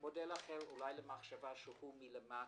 מודל אחר, למחשבה הוא מלמטה,